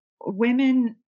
women